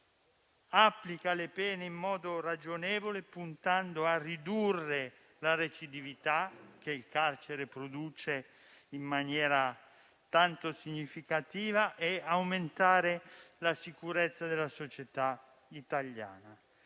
applica le pene in modo ragionevole, puntando a ridurre la recidività, che il carcere produce in maniera tanto significativa, e ad aumentare la sicurezza della società italiana.